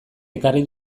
ekarri